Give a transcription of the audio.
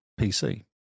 PC